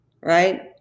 right